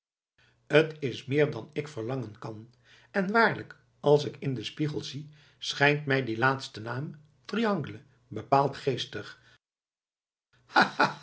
t is meer dan ik verlangen kan en waarlijk als ik in den spiegel zie schijnt mij die laatste naam triangle bepaald